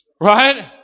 Right